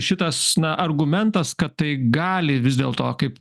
šitas na argumentas kad tai gali vis dėl to kaip